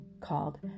called